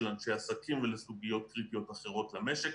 אנשי עסקים ולסוגיות קריטיות אחרות למשק.